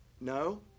No